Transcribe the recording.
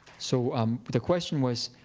so um the question was,